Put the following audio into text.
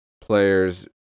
players